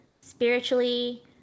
spiritually